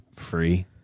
free